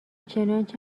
چنانچه